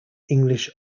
english